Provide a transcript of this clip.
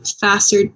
faster